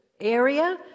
area